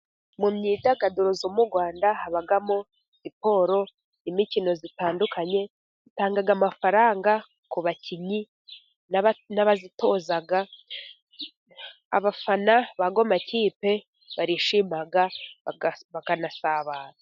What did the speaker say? Mu myidagaduro yo mu Rwanda habamo siporo n'imikino itandukanye itanga amafaranga ku bakinnyi n'abazitoza. Abafana bayo makipe barishima bakanasabana.